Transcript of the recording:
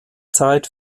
zeit